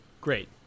Great